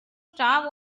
star